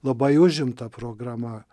labai užimta programa